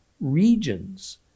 regions